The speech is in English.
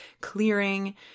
clearing